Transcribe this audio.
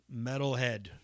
metalhead